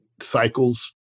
cycles